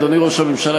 אדוני ראש הממשלה,